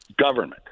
government